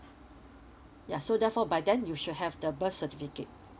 ya so therefore by then you should have the birth certificate